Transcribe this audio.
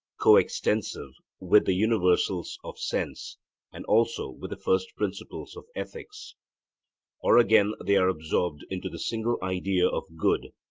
coextensive with the universals of sense and also with the first principles of ethics or again they are absorbed into the single idea of good,